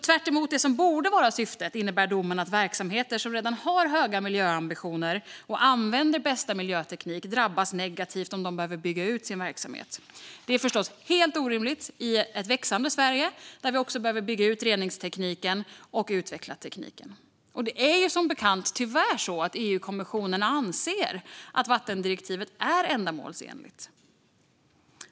Tvärtemot det som borde vara syftet innebär domen att verksamheter som redan har höga miljöambitioner och använder bästa miljöteknik drabbas negativt om de behöver bygga ut sin verksamhet. Det är förstås helt orimligt i ett växande Sverige där vi behöver bygga ut reningstekniken och utveckla ny teknik. Tyvärr anser EU-kommissionen att vattendirektivet är ändamålsenligt.